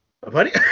buddy